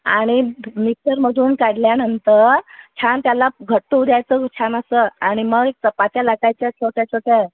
आणि मिक्सरमधून काढल्यानंतर छान त्याला घट्ट होऊ द्यायचं छान असं आणि मग चपात्या लाटायचा छोट्या छोट्या